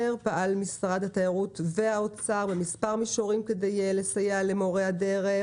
פעל משרד התיירות והאוצר במספר מישורים כדי לסייע למורי הדרך,